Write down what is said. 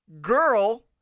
Girl